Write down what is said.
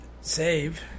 save